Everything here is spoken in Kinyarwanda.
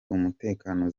umutekano